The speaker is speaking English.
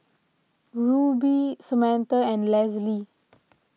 Rubye Samantha and Lesli